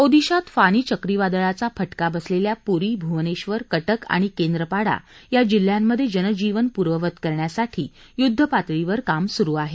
ओदिशात फानी चक्रीवादळाचा फटका बसलेल्या पुरी भुवनेश्वर कटक आणि केंद्रपाडा या जिल्ह्यांमध्ये जनजीवन पूर्ववत करण्यासाठी युद्धपातळीवर काम सुरु आहे